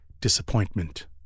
disappointment